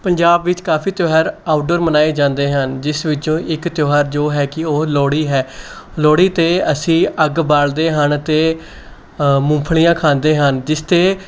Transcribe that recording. ਪੰਜਾਬ ਵਿੱਚ ਕਾਫ਼ੀ ਤਿਉਹਾਰ ਆਊਟਡੋਰ ਮਨਾਏ ਜਾਂਦੇ ਹਨ ਜਿਸ ਵਿੱਚੋਂ ਇੱਕ ਤਿਉਹਾਰ ਜੋ ਹੈ ਕਿ ਉਹ ਲੋਹੜੀ ਹੈ ਲੋਹੜੀ 'ਤੇ ਅਸੀਂ ਅੱਗ ਬਾਲ਼ਦੇ ਹਨ ਅਤੇ ਮੂੰਗਫਲੀਆਂ ਖਾਂਦੇ ਹਨ ਜਿਸ 'ਤੇ